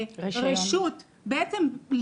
בעצם,